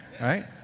right